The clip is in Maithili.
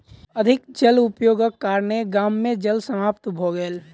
अधिक जल उपयोगक कारणेँ गाम मे जल समाप्त भ गेल